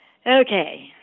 Okay